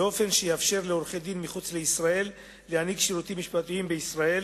באופן שיאפשר לעורכי-דין מחוץ לישראל להעניק שירותים משפטיים בישראל